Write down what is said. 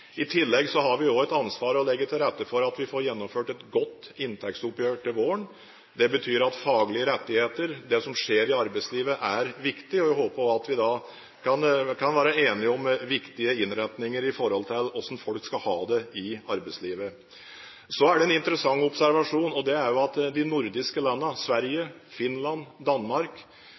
tillegg har vi også et ansvar for å legge til rette for at vi får gjennomført et godt inntektsoppgjør til våren. Det betyr at faglige rettigheter, det som skjer i arbeidslivet, er viktig. Og jeg håper vi da også kan være enige om viktige innretninger i forhold til hvordan folk skal ha det i arbeidslivet. Så er det en interessant observasjon, og det er at de nordiske landene, Norge, Sverige, Finland og Danmark,